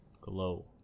glow